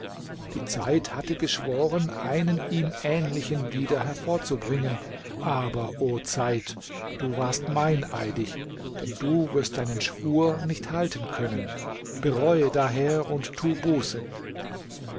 die zeit hatte geschworen einen ihm ähnlichen wieder hervorzubringen aber o zeit du warst meineidig denn du wirst deinen schwur nicht halten können bereue daher und tu buße